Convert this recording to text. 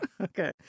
Okay